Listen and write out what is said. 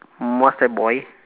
what's that boy